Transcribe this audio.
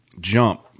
jump